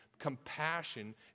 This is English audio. compassion